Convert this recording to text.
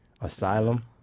Asylum